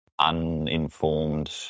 uninformed